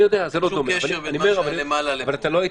אני יודע, זה לא דומה.